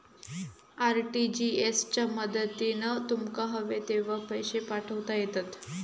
RTGS च्या मदतीन तुमका हवे तेव्हा पैशे पाठवता येतत